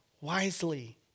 wisely